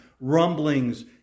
rumblings